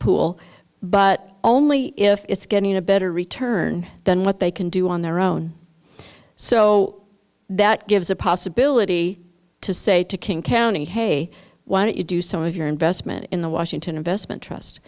pool but only if it's getting a better return than what they can do on their own so that gives a possibility to say to king county hey why don't you do some of your investment in the washington investment trust